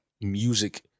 music